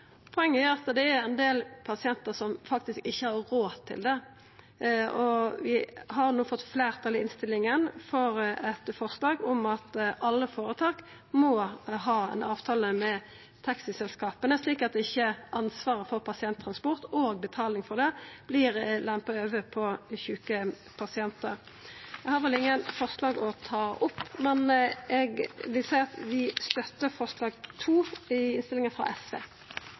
Poenget er at det er ein del pasientar som faktisk ikkje har råd til det. Vi har no fått fleirtal for eit forslag i innstillinga om at alle føretak må ha ein avtale med taxiselskapa, slik at ansvaret for pasienttransport og betaling for det ikkje vert lempa over på dei sjuke pasientane. Eg har ingen forslag å ta opp, men eg vil seia at Senterpartiet støttar forslag nr. 2, frå SV, i innstillinga.